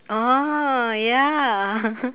oh ya